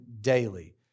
daily